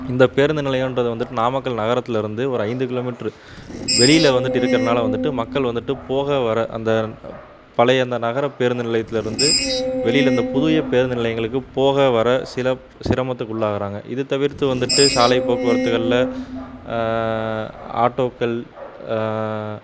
இந்தப் பேருந்து நிலையம்ன்றது வந்துவிட்டு நாமக்கல் நகரத்துலேருந்து ஒரு ஐந்து கிலோமீட்ரு வெளியில் வந்துவிட்டு இருக்கறனால வந்துவிட்டு மக்கள் வந்துவிட்டு போக வர அந்த அ பழைய அந்த நகரப் பேருந்து நிலையத்துலேருந்து வெளியில் இந்தப் புதிய பேருந்து நிலையங்களுக்கு போக வர சில சிரமத்துக்குள்ளாகிறாங்க இது தவிர்த்து வந்துவிட்டு சாலைப் போக்குவரத்துகளில் ஆட்டோக்கள்